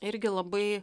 irgi labai